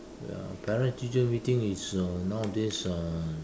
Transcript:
well parent teacher meeting is uh nowadays um